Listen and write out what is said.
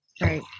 Right